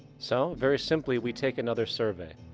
so, very simply, we take another survey.